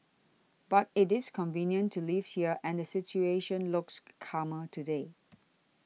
but it is convenient to live here and the situation looks calmer today